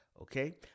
okay